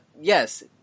yes